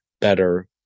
better